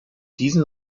diesen